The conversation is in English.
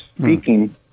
speaking